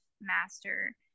master